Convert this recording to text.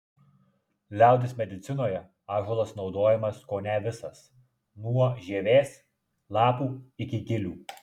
liaudies medicinoje ąžuolas naudojamas kone visas nuo žievės lapų iki gilių